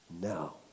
Now